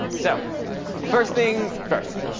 so first thing first.